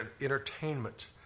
entertainment